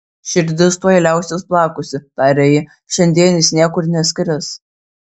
širdis tuoj liausis plakusi tarė ji šiandien jis niekur neskris